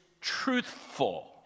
truthful